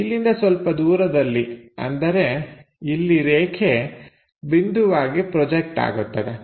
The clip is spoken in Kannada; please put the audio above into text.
ಇಲ್ಲಿಂದ ಸ್ವಲ್ಪ ದೂರದಲ್ಲಿ ಅಂದರೆ ಇಲ್ಲಿ ರೇಖೆ ಬಿಂದುವಾಗಿ ಪ್ರೊಜೆಕ್ಟ್ ಆಗುತ್ತದೆ